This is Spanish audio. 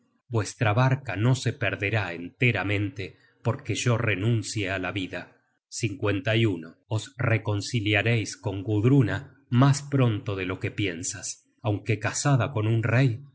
vuestra barca no se perderá enteramente porque yo renuncie á la vida content from google book search generated at os reconciliareis con gudruna mas pronto de lo que piensas aunque casada con un rey